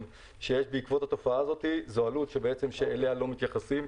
שיש בעקבות התופעה הזאת זו עלות שאליה לא מתייחסים.